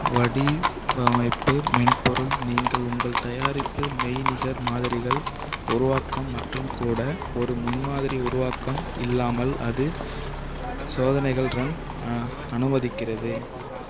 வடிவமைப்பு மென்பொருள் நீங்கள் உங்கள் தயாரிப்பு மெய்நிகர் மாதிரிகள் உருவாக்கம் மற்றும் கூட ஒரு முன்மாதிரி உருவாக்கம் இல்லாமல் அது சோதனைகள் ரன் அனுமதிக்கிறது